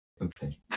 okay